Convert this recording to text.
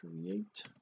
create